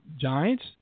Giants